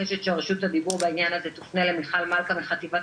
מבקשת שרשות הדיבור בעניין הזה תופנה למיכל מלכה מחטיבת